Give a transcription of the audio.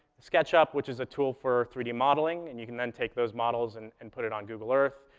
sketchup, which is a tool for three d modeling, and you can then take those models and and put it on google earth,